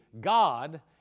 God